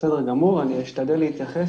בסדר גמור, אני אשתדל להתייחס.